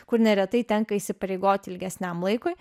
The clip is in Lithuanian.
kur neretai tenka įsipareigoti ilgesniam laikui